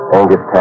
Angus